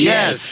Yes